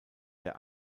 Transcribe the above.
der